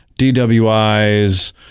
DWIs